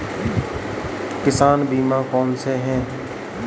किसान बीमा कौनसे हैं?